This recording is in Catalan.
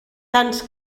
tants